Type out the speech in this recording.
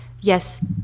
yes